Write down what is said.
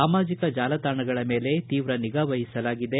ಸಾಮಾಜಕ ಜಾಲಾತಾಣಗಳ ಮೇಲೆ ತೀವ್ರ ನಿಗಾವಹಿಸಲಾಗಿದೆ